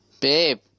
Babe